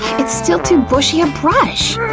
it's still too bushy a brush!